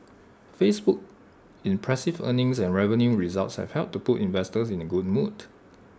Facebook's impressive earnings and revenue results have helped to put investors in A good mood